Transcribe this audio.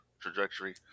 trajectory